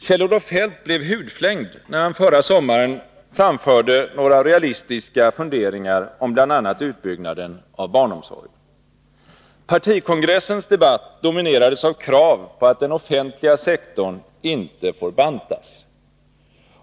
Kjell-Olof Feldt blev hudflängd, när han förra sommaren framförde några realistiska funderingar om bl.a. utbyggnaden av barnomsorgen. Partikongressens debatt dominerades av krav på att den offentliga sektorn inte får bantas.